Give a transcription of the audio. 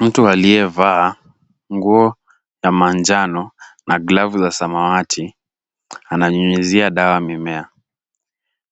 Mtu aliyevaa nguo ya manjano na glavu za samawati ananyunyizia dawa mimea.